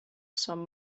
some